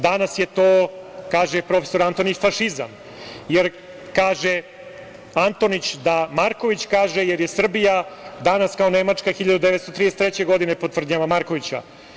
Danas je to , kaže profesor Antonić, fašizam, jer, kaže Antonić, da Marković kaže - jer je Srbija danas kao Nemačka 1933. godine, po tvrdnjama Markovića.